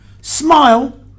Smile